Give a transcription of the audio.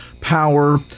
power